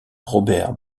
robert